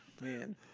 man